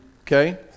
Okay